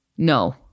no